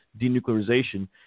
denuclearization